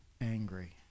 angry